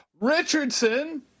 Richardson